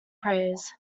prayers